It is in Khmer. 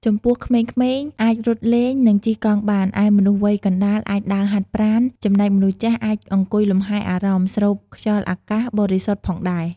ចំពោះក្មេងៗអាចរត់លេង និងជិះកង់បាន ឯមនុស្សវ័យកណ្ដាលអាចដើរហាត់ប្រាណ ចំណែកមនុស្សចាស់អាចអង្គុយលំហែអារម្មណ៍ ស្រូបខ្យល់អាកាសបរិសុទ្ធផងដែរ។